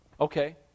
Okay